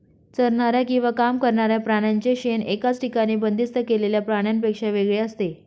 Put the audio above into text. चरणाऱ्या किंवा काम करणाऱ्या प्राण्यांचे शेण एकाच ठिकाणी बंदिस्त केलेल्या प्राण्यांपेक्षा वेगळे असते